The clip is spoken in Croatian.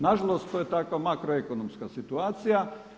Na žalost, to je takva makroekonomska situacija.